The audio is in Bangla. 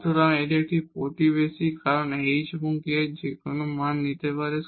সুতরাং এটি একটি নেইবারহুড কারণ h এবং k যেকোনো মান নিতে পারে